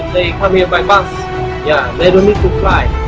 come here by bus yeah they don't need to fly.